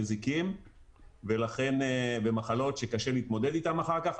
מזיקים ומחלות שקשה להתמודד איתם אחר כך,